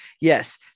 yes